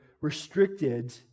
restricted